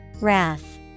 Wrath